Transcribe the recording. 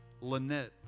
Lynette